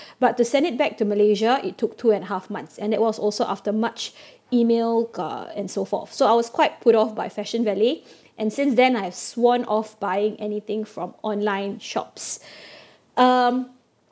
but to send it back to malaysia it took two and a half months and it was also after much email uh and so forth so I was quite put off by fashionvalet and since then I've sworn off buying anything from online shops um